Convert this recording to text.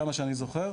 כמה שאני זוכר.